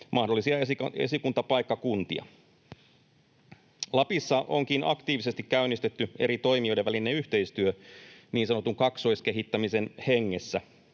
mahdollisia esikuntapaikkakuntia. Lapissa onkin aktiivisesti käynnistetty eri toimijoiden välinen yhteistyö niin sanotun kaksoiskehittämisen hengessä.